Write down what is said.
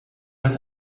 his